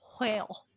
whale